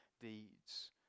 deeds